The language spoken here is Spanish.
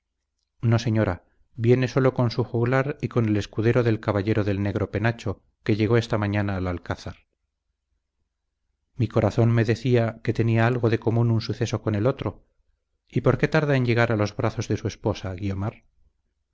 no señora viene sólo con su juglar y con el escudero del caballero del negro penacho que llegó esta mañana al alcázar mi corazón me decía que tenía algo de común un suceso con el otro y por qué tarda en llegar a los brazos de su esposa guiomar